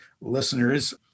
listeners